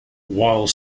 while